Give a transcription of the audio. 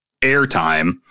airtime